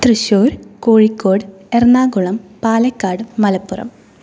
Thrissur Kozhikode Ernakulam Palakkad Malappuram